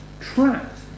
trapped